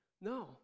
No